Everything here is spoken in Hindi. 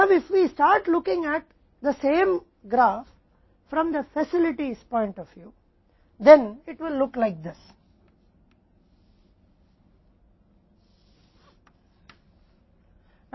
अब अगर हम सुविधाओं के दृष्टिकोण से एक ही ग्राफ को देखना शुरू करते हैं तो यह इस तरह दिखेगा